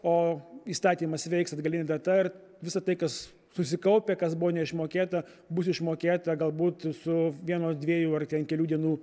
o įstatymas veiks atgaline data ir visa tai kas susikaupę kas buvo neišmokėta bus išmokėta galbūt su vieno dviejų ar ten kelių dienų